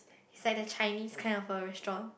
it's like the Chinese kind of a restaurant